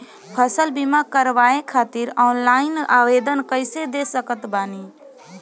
फसल बीमा करवाए खातिर ऑनलाइन आवेदन कइसे दे सकत बानी?